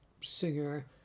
singer